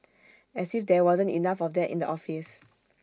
as if there wasn't enough of that in the office